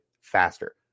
faster